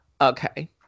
okay